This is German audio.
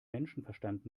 menschenverstand